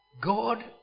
God